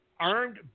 Armed